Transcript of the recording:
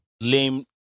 lame